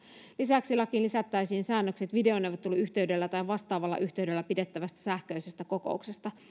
lisäksi lakiin lisättäisiin säännökset videoneuvotteluyhteydellä tai vastaavalla yhteydellä pidettävästä sähköisestä kokouksesta